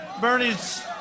Bernie's